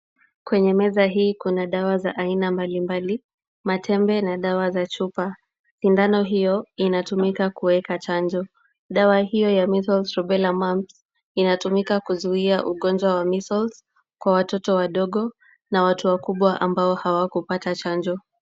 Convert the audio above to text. Kwenye meza hii kuna dawa za aina mbali mbali, matembe na dawa za chupa. Sindano hiyo inatumika kuweka chanjo. Dawa hiyo ya measles, rubela mumps , inatumika kuzuia ugonjwa wa measles kwa watoto wadogo na watu wakubwa ambao hawakupata chanjo.